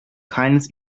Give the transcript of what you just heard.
keines